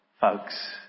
folks